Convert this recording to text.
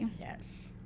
Yes